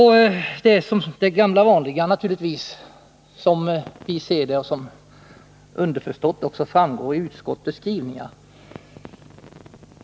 Utskottet har naturligtvis de gamla vanliga argumenten, som vi ser det, och som underförstått framgår av utskottets skrivningar.